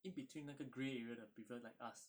in between 那个 grey area 的 people like us